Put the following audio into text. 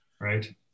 right